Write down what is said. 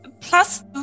plus